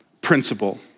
principle